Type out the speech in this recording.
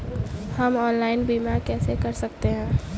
हम ऑनलाइन बीमा कैसे कर सकते हैं?